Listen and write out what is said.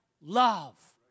love